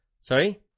Sorry